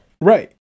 Right